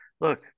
look